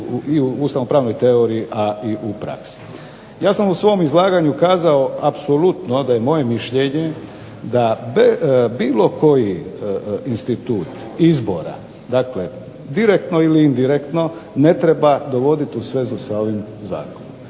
i ustavnopravnoj teoriji a i u praksi. Ja sam u svom izlaganju kazao apsolutno da je moje mišljenje da bilo koji institut izbora, dakle direktno ili indirektno ne treba dovoditi u svezu s ovim zakonom